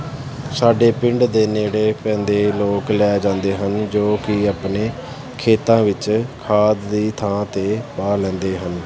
ਸਾਡੇ ਪਿੰਡ ਦੇ ਨੇੜੇ ਪੈਂਦੇ ਲੋਕ ਲੈ ਜਾਂਦੇ ਹਨ ਜੋ ਕਿ ਆਪਣੇ ਖੇਤਾਂ ਵਿੱਚ ਖਾਦ ਦੀ ਥਾਂ 'ਤੇ ਪਾ ਲੈਂਦੇ ਹਨ